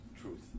truth